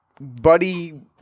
buddy